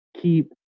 keep